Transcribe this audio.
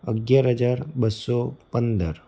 અગિયાર હજાર બસો પંદર